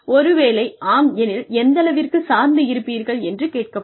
ஒருவேளை ஆம் எனில் எந்தளவிற்குச் சார்ந்து இருப்பீர்கள் என்று கேட்கப்படும்